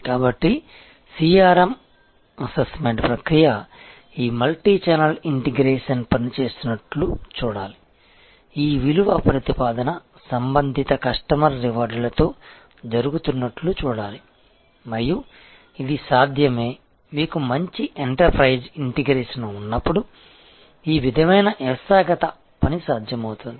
కాబట్టి CRM assessment ప్రక్రియ ఈ మల్టీచానెల్ ఇంటిగ్రేషన్ పని చేస్తున్నట్లు చూడాలి ఈ విలువ ప్రతిపాదన సంబంధిత కస్టమర్ రివార్డ్లతో జరుగుతున్నట్లు చూడాలి మరియు ఇది సాధ్యమే మీకు మంచి ఎంటర్ప్రైజ్ ఇంటిగ్రేషన్ ఉన్నప్పుడు ఈ విధమైన వ్యవస్థాగత పని సాధ్యమవుతుంది